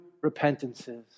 repentances